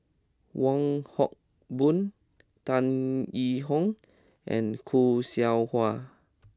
Wong Hock Boon Tan Yee Hong and Khoo Seow Hwa